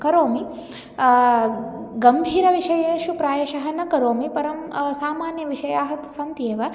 करोमि गम्भीरविषयेषु प्रायशः न करोमि परं सामान्यविषयाः तु सन्ति एव